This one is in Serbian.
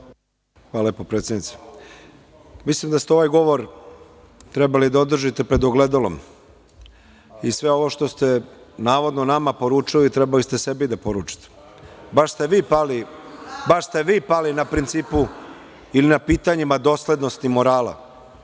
Hvala lepo, predsednice. Mislim da ste ovaj govor trebali da održite pred ogledalom i sve ovo što ste navodno nama poručili, trebali ste sebi da poručite. Baš ste vi pali na principu ili na pitanjima doslednosti morala,